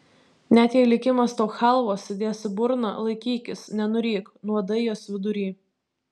net jei likimas tau chalvos įdės į burną laikykis nenuryk nuodai jos vidury